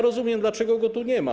Rozumiem, dlaczego go tu nie ma.